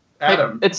Adam